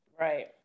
Right